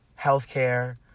healthcare